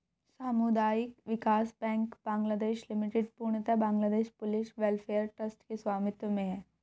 सामुदायिक विकास bank Bangladesh limited पूर्णतः बांग्लादेश पुलिस वेलफेयर ट्रस्ट के स्वामित्व में है